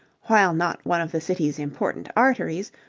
while not one of the city's important arteries,